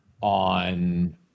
on